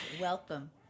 Welcome